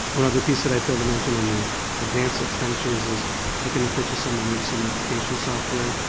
one other piece that i failed to mention in the advanced expenditures is looking to purchase some emergency notification software.